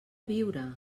viure